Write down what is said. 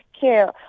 care